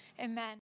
amen